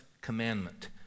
commandment